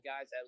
guys